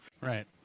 Right